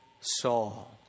Saul